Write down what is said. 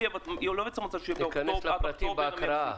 ניכנס לפרטים בהקראה.